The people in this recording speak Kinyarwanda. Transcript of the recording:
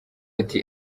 ati